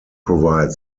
provide